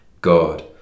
God